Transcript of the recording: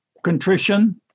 contrition